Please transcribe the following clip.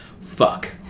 Fuck